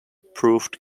proved